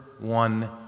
one